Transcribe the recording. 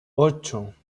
ocho